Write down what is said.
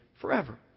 forever